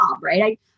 right